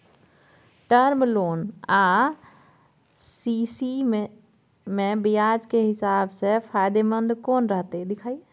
Term loan आ CC म ब्याज के हिसाब से फायदेमंद कोन रहते?